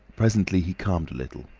presently he calmed a little.